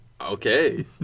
Okay